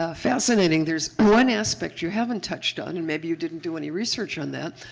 ah fascinating. there's one aspect you haven't touched on, and maybe you didn't do any research on that,